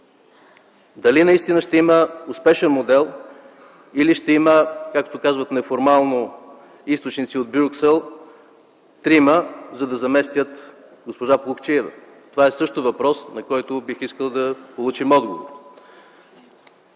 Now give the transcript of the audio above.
Дали наистина ще има успешен модел, или ще има трима, както казват неформално източници от Брюксел, за да заместят госпожа Плугчиева? Това също е въпрос, на който бих искал да получим отговор.